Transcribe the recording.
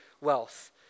wealth